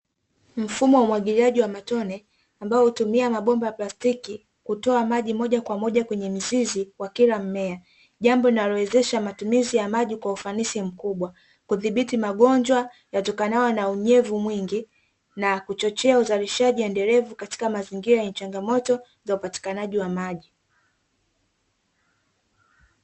Mfumo wa umwagiliaji wa matone, unaotumia mabomba ya plastiki kutoa maji moja kwa moja kwenye mizizi kwa kila mmea. Jambo linalowezesha matumizi ya maji kwa ufanisi mkubwa, kudhibiti magonjwa yatokanayo na unyevu mwingi na kuchochea uzalishaji endelevu katika mazingira ya changamoto ya upatikanaji wa maji.